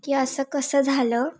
की असं कसं झालं